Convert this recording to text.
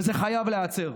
וזה חייב להיעצר.